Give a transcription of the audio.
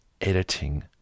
editing